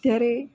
ત્યારે